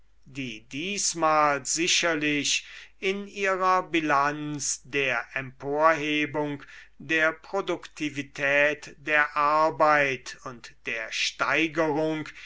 die diesmal sicherlich in ihrer bilanz der emporhebung der produktivität der arbeit und der steigerung